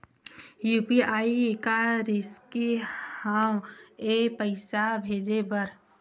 UPI का risky हंव ए पईसा भेजे बर?